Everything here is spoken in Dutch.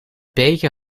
beekje